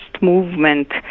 movement